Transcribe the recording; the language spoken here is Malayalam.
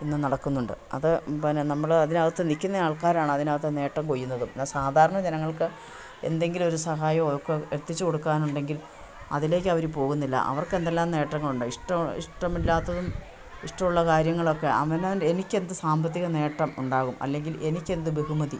ഇന്ന് നടക്കുന്നുണ്ട് അതുപിന്നെ നമ്മൾ അതിനകത്ത് നിൽക്കുന്ന ആൾക്കാരാണ് അതിനകത്ത് നേട്ടം കൊയ്യുന്നതും എന്നാൽ സാധാരണ ജനങ്ങൾക്ക് എന്തെങ്കിലും ഒരു സഹായമൊക്കെ എത്തിച്ചു കൊടുക്കാനുണ്ടെങ്കിൽ അതിലേക്കവർ പോകുന്നില്ല അവർക്കെന്തെല്ലാം നേട്ടങ്ങളുണ്ട് ഇഷ്ടം ഇഷ്ടമില്ലാത്തതും ഇഷ്ടമുള്ള കാര്യങ്ങളൊക്കെ അവനവൻ എനിക്കെന്ത് സാമ്പത്തികനേട്ടം ഉണ്ടാകും അല്ലെങ്കിൽ എനിക്കെന്ത് ബഹുമതി